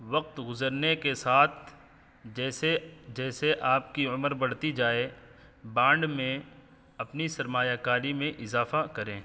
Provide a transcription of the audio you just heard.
وقت گزرنے کے ساتھ جیسے جیسے آپ کی عمر بڑھتی جائے بانڈ میں اپنی سرمایہ کاری میں اضافہ کریں